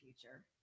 future